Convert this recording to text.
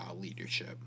leadership